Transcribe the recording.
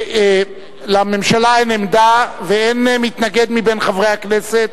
לממשלה אין עמדה, ואין מתנגד מחברי הכנסת.